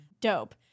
dope